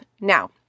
Now